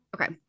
okay